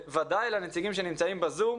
וודאי לנציגים שנמצאים בזום.